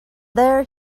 there